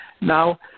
Now